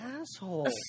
asshole